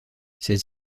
ses